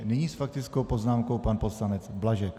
Nyní s faktickou poznámkou pan poslanec Blažek.